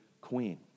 queen